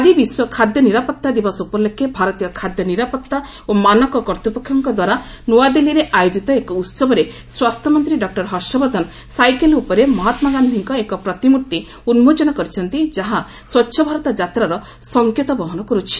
ଆଜି ବିଶ୍ୱ ଖାଦ୍ୟ ନିରାପତ୍ତା ଦିବସ ଉପଲକ୍ଷେ ଭାରତୀୟ ଖାଦ୍ୟ ନିରାପତ୍ତା ଓ ମାନକ କର୍ତ୍ତପକ୍ଷ ଦ୍ୱାରା ନ୍ତଆଦିଲ୍ଲୀରେ ଆୟୋଜିତ ଏକ ଉତ୍ସବରେ ସ୍ୱାସ୍ଥ୍ୟମନ୍ତ୍ରୀ ଡକ୍ଟର ହର୍ଷବର୍ଦ୍ଧନ ସାଇକେଲ୍ ଉପରେ ମହାତ୍ମାଗାନ୍ଧିଙ୍କ ଏକ ପ୍ରତିମ୍ଭର୍ତ୍ତ ଉନ୍କୋଚନ କରିଛନ୍ତି ଯାହା ସ୍ୱଚ୍ଚ ଭାରତ ଯାତ୍ରାର ସଙ୍କେତ ବହନ କରୁଛି